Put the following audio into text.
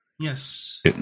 Yes